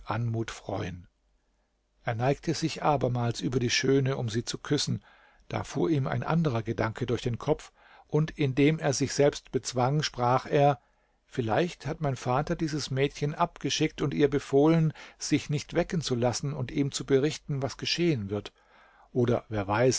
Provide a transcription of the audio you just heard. anmut freuen er neigte sich abermals über die schöne um sie zu küssen da fuhr ihm ein anderer gedanke durch den kopf und indem er sich selbst bezwang sprach er vielleicht hat mein vater dieses mädchen abgeschickt und ihr befohlen sich nicht wecken zu lassen und ihm zu berichten was geschehen wird oder wer weiß